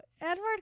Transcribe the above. Edward